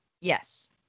yes